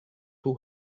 who